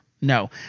No